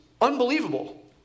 unbelievable